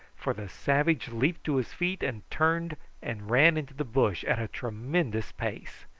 for the savage leaped to his feet and turned and ran into the bush at a tremendous pace.